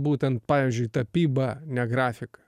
būtent pavyzdžiui tapyba ne grafika